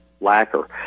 lacquer